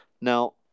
Now